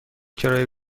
کرایه